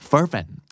Fervent